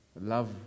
Love